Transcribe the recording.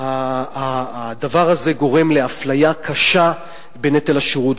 הדבר הזה גורם לאפליה קשה בנטל השירות.